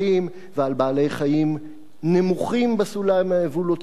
ועל בעלי-חיים נמוכים בסולם האבולוציוני,